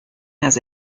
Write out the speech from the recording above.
has